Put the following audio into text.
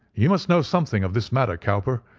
you must know something of this matter, cowper.